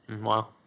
Wow